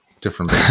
different